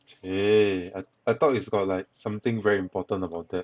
!chey! I I thought is got like something very important about that